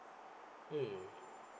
mm